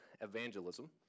evangelism